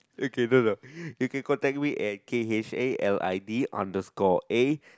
okay then (no) okay contact me at k_h_a_l_i_d underscore A